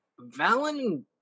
Valen